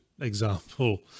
example